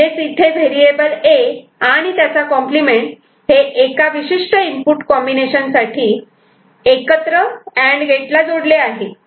इथे variable A आणि त्याचा कॉम्प्लिमेंट हे एका विशिष्ट इनपुट कॉम्बिनेशन साठी एकत्र अँड गेट ला जोडले आहे